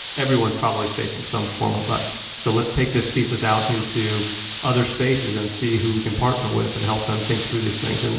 everyone's probably facing some form of thus. so let's take this thesis out into other spaces and see who we can partner with, and help them think through these things. and